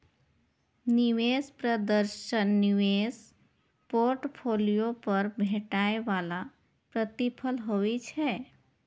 निवेश प्रदर्शन निवेश पोर्टफोलियो पर भेटै बला प्रतिफल होइ छै